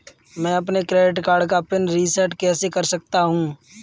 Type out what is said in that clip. मैं अपने credit card का पिन रिसेट कैसे कर सकता हूँ?